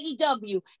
AEW